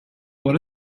what